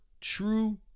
true